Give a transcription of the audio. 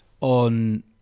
on